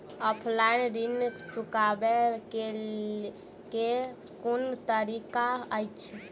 Offline ऋण चुकाबै केँ केँ कुन तरीका अछि?